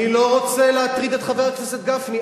אני לא רוצה להטריד את חבר הכנסת גפני,